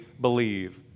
believe